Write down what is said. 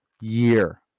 year